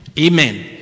amen